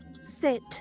sit